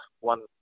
one